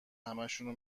همشونو